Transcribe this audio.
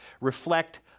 reflect